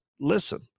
Listen